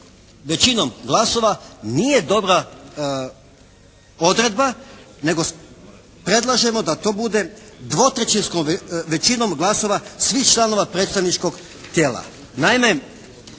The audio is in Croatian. većinom glasova nije dobra odredba, nego predlažemo da to bude dvotrećinskom većinom glasova svih članova predstavničkog tijela.